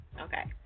Okay